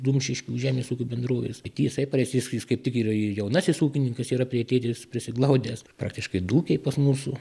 dumšiškių žemės ūkio bendrovės tai jisai pareis jis jis kaip tik yra ir jaunasis ūkininkas yra prie tėtės prisiglaudęs praktiškai du ūkiai pas mūsų